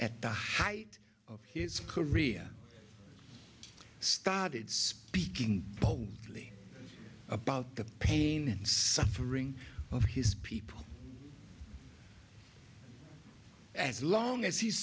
at the height of his career started speaking about the pain suffering of his people as long as he's